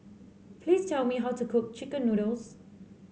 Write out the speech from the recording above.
please tell me how to cook chicken noodles